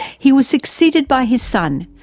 he was succeeded by his son,